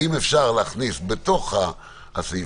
האם אפשר להכניס בתוך הסעיף,